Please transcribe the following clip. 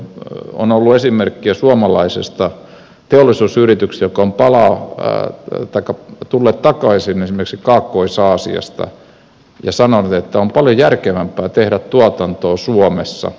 on ollut esimerkkejä suomalaisista teollisuusyrityksistä jotka ovat tulleet takaisin esimerkiksi kaakkois aasiasta ja sanoneet että on paljon järkevämpää tehdä tuotantoa suomessa